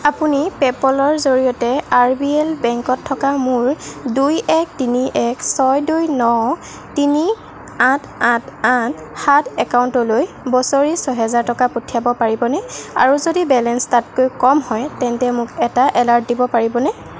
আপুনি পে'পলৰ জৰিয়তে আৰ বি এল বেংকত থকা মোৰ দুই এক তিনি এক ছয় দুই ন তিনি আঠ আঠ আঠ সাত একাউণ্টলৈ বছৰি ছহেজাৰ টকা পঠিয়াব পাৰিবনে আৰু যদি বেলেঞ্চ তাতকৈ কম হয় তেন্তে মোক এটা এলাৰ্ট দিব পাৰিবনে